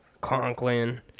Conklin